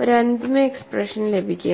ഒരു അന്തിമ എക്സ്പ്രഷൻ ലഭിക്കും